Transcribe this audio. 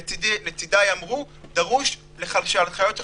וכמו שחברי הכנסת פה לצידי אמרו: דרוש שההנחיות יחודדו.